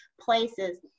places